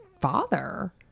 father